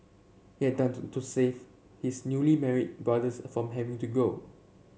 he had done to to save his newly married brothers from having to go